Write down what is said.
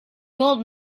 old